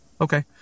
okay